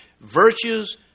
virtues